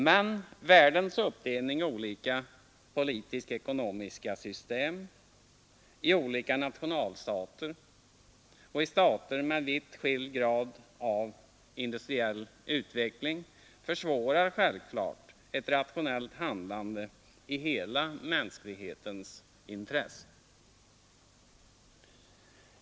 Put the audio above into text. Men världens uppdelning i olika politisk-ekonomiska system, i olika nationalstater och i stater med vitt skild grad av industriell utveckling försvårar självklart ett rationellt handlande i hela mänsklighetens intresse.